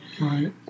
Right